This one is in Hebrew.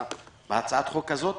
בהצעת החוק הזאת,